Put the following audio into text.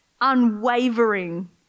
unwavering